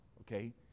okay